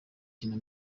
kina